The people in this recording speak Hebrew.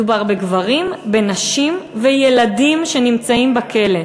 מדובר בגברים, בנשים וילדים, שנמצאים בכלא.